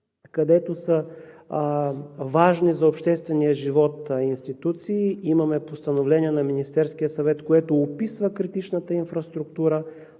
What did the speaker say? където са важни за обществения живот институции. Имаме постановление на Министерския съвет, което описва критичната инфраструктура.